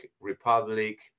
Republic